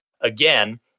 again